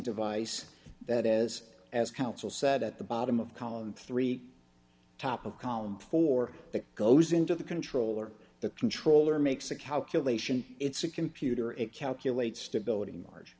device that as as counsel said at the bottom of column three top of column for that goes into the controller the controller makes a calculation it's a computer it calculates stability marg